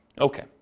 Okay